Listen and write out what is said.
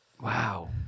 Wow